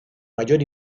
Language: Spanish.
mayor